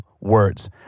words